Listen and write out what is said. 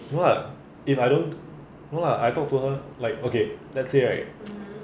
no lah if I don't no lah I talk to her like okay let's say right